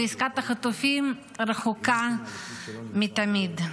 ועסקת חטופים רחוקה מתמיד.